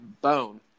Bone